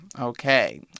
Okay